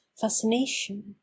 fascination